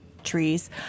trees